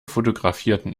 fotografieren